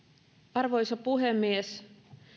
arvoisa puhemies